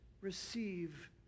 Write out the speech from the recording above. receive